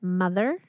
mother